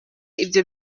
ibyo